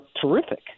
terrific